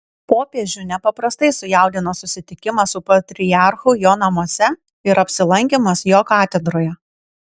popiežių nepaprastai sujaudino susitikimas su patriarchu jo namuose ir apsilankymas jo katedroje